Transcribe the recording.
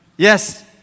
Yes